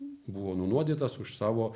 buvo nunuodytas už savo